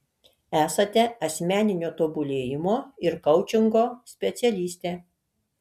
esate asmeninio tobulėjimo ir koučingo specialistė